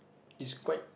is quite